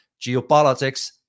geopolitics